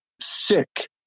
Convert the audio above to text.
sick